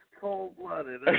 cold-blooded